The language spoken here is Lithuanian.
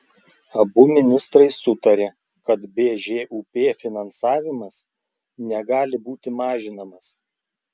abu ministrai sutarė kad bžūp finansavimas negali būti mažinamas